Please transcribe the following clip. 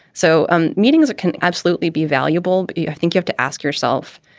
so um meetings can absolutely be valuable. i think you've to ask yourself,